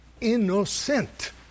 innocent